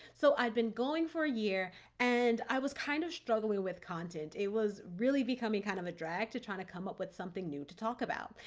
so i'd been going for a year and i was kind of struggling with content. it was really becoming kind of a drag to try to come up with something new to talk about.